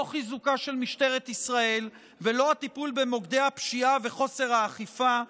לא חיזוקה של משטרת ישראל ולא טיפול במוקדי הפשיעה וחוסר האכיפה,